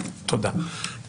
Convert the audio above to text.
תודה.